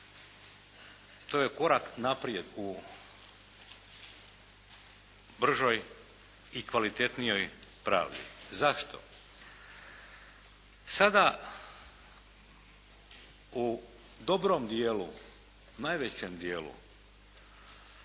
to je korak naprijed u bržoj i kvalitetnijoj pravdi. Zašto? Sada u dobrom dijelu, najvećem dijelu